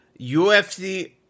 UFC